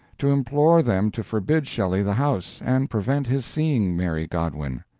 to implore them to forbid shelley the house, and prevent his seeing mary godwin.